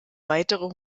weitere